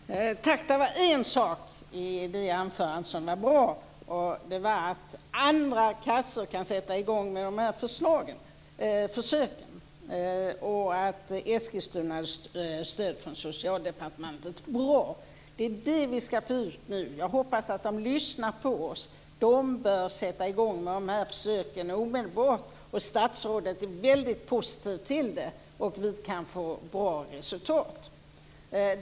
Herr talman! Det var en sak i det anförandet som var bra. Det var att andra kassor kan sätta i gång med dessa försök och att Eskilstunaförsöket har fått stöd från Socialdepartementet. Det är bra. Det är det vi ska få ut nu. Jag hoppas att de lyssnar på oss. De bör sätta i gång med dessa försök omedelbart, och statsrådet är väldigt positiv till det. Vi kan få bra resultat.